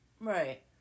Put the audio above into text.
Right